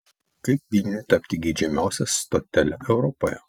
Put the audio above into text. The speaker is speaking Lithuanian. kaip vilniui tapti geidžiamiausia stotele europoje